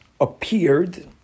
appeared